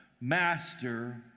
master